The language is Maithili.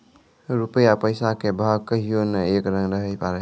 रूपया पैसा के भाव कहियो नै एक रंग रहै पारै